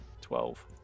Twelve